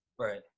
Right